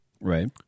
right